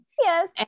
Yes